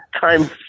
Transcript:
time